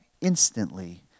instantly